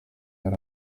yari